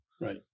Right